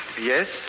Yes